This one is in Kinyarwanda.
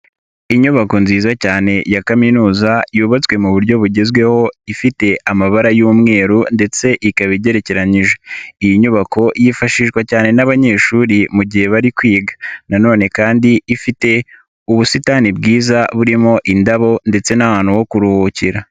Inyubako nziza cyane ya kaminuza yubatswe mu buryo bugezweho ifite amabara y'umweru ndetse ikaba igerekeranyije. Iyi nyubako yifashishwa cyane n'abanyeshuri mu gihe bari kwiga. Nanone kandi ifite ubusitani bwiza burimo indabo ndetse n'ahantu ho kuruhukira.